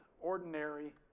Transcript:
ordinary